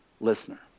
listener